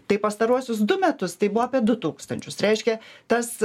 tai pastaruosius du metus tai buvo apie du tūkstančius reiškia tas